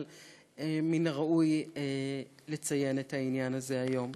אבל מן הראוי לציין את העניין הזה היום.